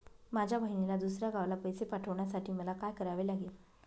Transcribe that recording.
माझ्या बहिणीला दुसऱ्या गावाला पैसे पाठवण्यासाठी मला काय करावे लागेल?